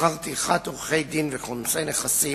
(שכר טרחת עורכי-דין וכונסי נכסים),